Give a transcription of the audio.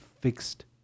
fixed